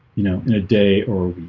you know in a day or